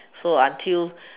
so until